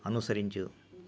అనుసరించు